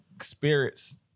spirits